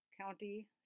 county